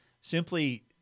simply